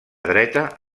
dreta